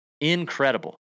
Incredible